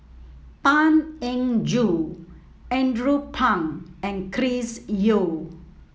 Tan Eng Joo Andrew Phang and Chris Yeo